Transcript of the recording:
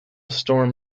storm